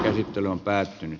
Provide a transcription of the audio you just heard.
käsittely on päättynyt